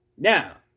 Now